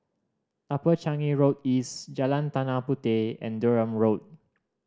Upper Changi Road East Jalan Tanah Puteh and Durham Road